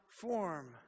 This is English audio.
form